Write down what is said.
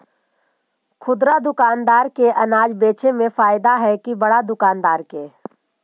खुदरा दुकानदार के अनाज बेचे में फायदा हैं कि बड़ा दुकानदार के?